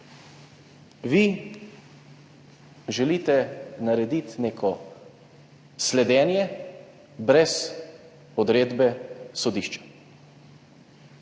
vi želite narediti neko sledenje brez odredbe sodišča.